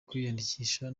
kwiyandikisha